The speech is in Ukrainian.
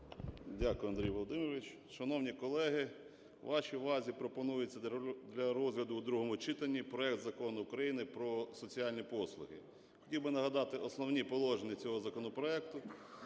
Дякую, Андрій Володимирович. Шановні колеги, вашій увазі пропонується для розгляду у другому читанні проект Закону України про соціальні послуги. Хотів би нагадати основні положення цього законопроекту.